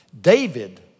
David